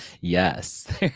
yes